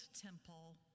temple